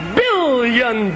billion